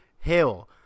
Hill